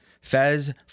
Fez